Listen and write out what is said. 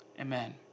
Amen